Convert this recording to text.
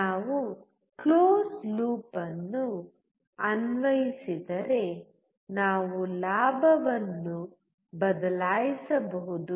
ನಾವು ಮುಚ್ಚಿದ ಲೂಪ್ ಅನ್ನು ಅನ್ವಯಿಸಿದರೆ ನಾವು ಲಾಭವನ್ನು ಬದಲಾಯಿಸಬಹುದು